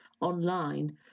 online